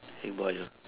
Haig Boys' lah